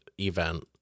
event